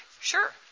Sure